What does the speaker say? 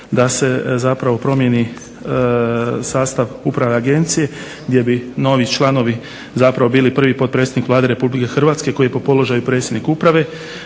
da se zapravo promijeni sastav uprave Agencije gdje bi novi članovi zapravo bili prvi potpredsjednik Vlade Republike Hrvatske koji je po položaju predsjednik uprave,